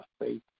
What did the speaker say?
faith